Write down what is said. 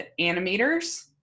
animators